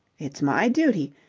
it's my duty.